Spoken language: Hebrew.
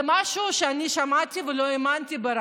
זה משהו שאני שמעתי ברדיו ולא האמנתי.